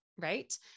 Right